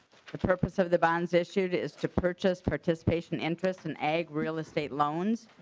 the purpose of the bonds issued is to purchase participation interest in a real estate loans.